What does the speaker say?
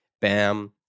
Bam